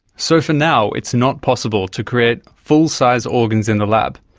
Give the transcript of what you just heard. so for now it's not possible to create full-sized organs in the lab,